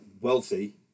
wealthy